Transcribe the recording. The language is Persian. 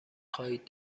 خواهید